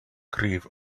grieve